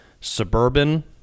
suburban